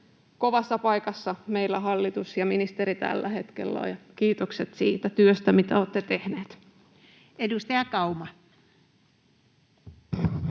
kovassa paikassa meillä hallitus ja ministeri tällä hetkellä ovat, ja kiitokset siitä työstä, mitä olette tehneet. [Speech 305]